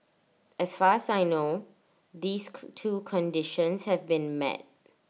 as far as I know these two conditions have been met